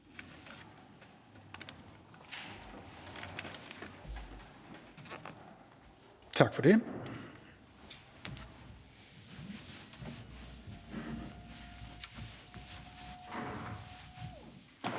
tak for det. Kl.